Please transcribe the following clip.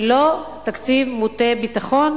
ולא תקציב מוטה ביטחון,